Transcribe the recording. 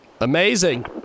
amazing